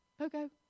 Okay